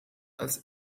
als